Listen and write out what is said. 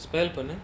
spell for me